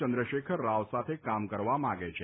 ચંદ્રશેખર રાવ સાથે કામ કરવા માંગે છે